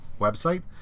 website